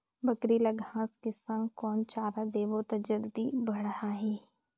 बकरी ल घांस के संग कौन चारा देबो त जल्दी बढाही?